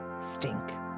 stink